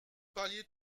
parliez